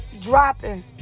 dropping